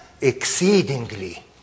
exceedingly